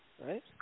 right